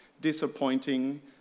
disappointing